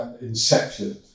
inception